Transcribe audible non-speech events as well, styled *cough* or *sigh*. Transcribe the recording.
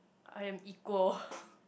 I am equal *laughs*